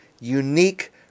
unique